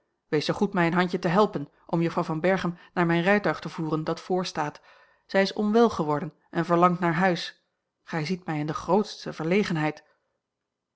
wees zoo goed mij een handje te helpen om juffrouw van berchem naar mijn rijtuig te voeren dat vr staat zij is onwel geworden en verlangt naar huis gij ziet mij in de grootste